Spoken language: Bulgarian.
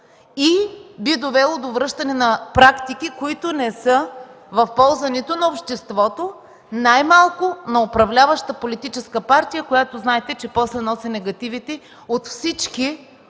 и би довело до връщане на практики, които не са в полза нито на обществото, най-малко на управляваща политическа партия, която знаете, че после носи негативите от всички